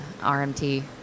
rmt